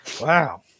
Wow